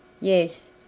Yes